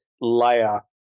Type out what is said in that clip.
layer